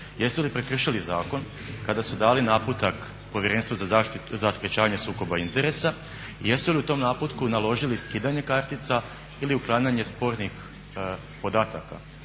jesu li prekršili zakon kada su dali naputak Povjerenstvu za sprečavanje sukoba interesa jesu li u tom naputku naložili skidanje kartica ili uklanjanje spornih podataka